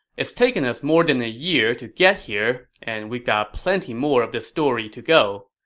it's taken us more than a year to get here, and we've got plenty more of the story to go.